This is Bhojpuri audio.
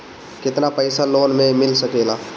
केतना पाइसा लोन में मिल सकेला?